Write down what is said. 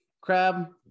Crab